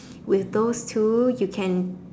with those two you can